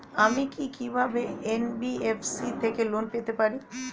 আমি কি কিভাবে এন.বি.এফ.সি থেকে লোন পেতে পারি?